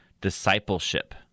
discipleship